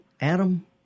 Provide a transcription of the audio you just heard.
Adam